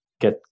get